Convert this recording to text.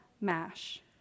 mash